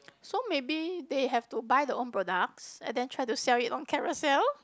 so maybe they have to buy the own products and then try to sell it on Carousell